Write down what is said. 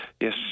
Yes